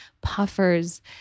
puffers